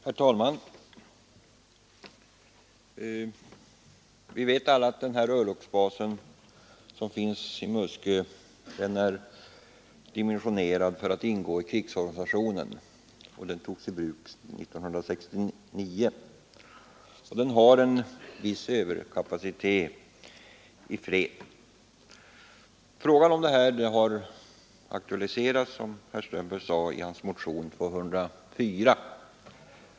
Herr talman! Vi vet alla att örlogsbasen i Muskö är dimensionerad för att ingå i krigsorganisationen. Den togs i bruk 1969, och den har en viss överkapacitet i fred. Den nu aktuella frågan har, som herr Strömberg i Botkyrka framhöll, tagits upp i motionen 204.